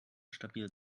stabil